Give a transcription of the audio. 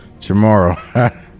Tomorrow